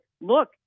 look